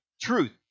truth